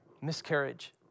miscarriage